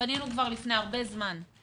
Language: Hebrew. פנינו כבר לפני הרבה זמן.